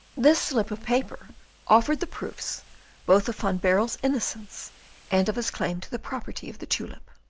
this slip of paper offered the proofs both of van baerle's innocence and of his claim to the property of the tulip.